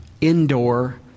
indoor